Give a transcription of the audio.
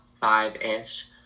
five-ish